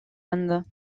inde